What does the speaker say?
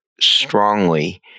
strongly